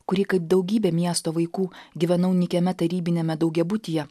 kurį kaip daugybė miesto vaikų gyvenau nykiame tarybiniame daugiabutyje